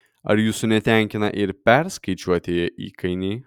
ar jūsų netenkina ir perskaičiuotieji įkainiai